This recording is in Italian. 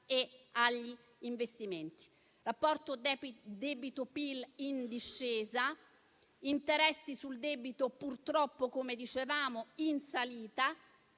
e agli investimenti. Il rapporto debito-PIL è in discesa, gli interessi sul debito purtroppo, come dicevamo, sono in salita,